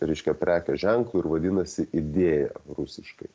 reiškia prekės ženklu ir vadinasi idėja rusiškai